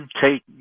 take